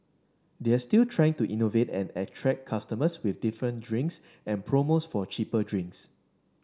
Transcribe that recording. they're still trying to innovate and attract customers with different drinks and promos for cheaper drinks